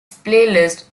playlist